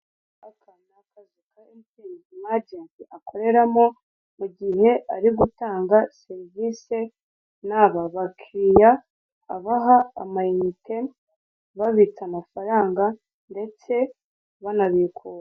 Aka ni akazu ka emutiyeni umu ajenti akoreramo igihe ari gutanga serivise n'aba bakiriya abaha amayinite, babitsa amafaranga ndetse banabikura.